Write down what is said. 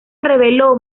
reveló